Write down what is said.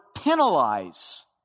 penalize